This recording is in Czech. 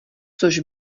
což